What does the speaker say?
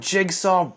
Jigsaw